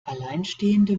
alleinstehende